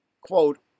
quote